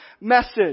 message